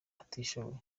utishoboye